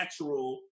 natural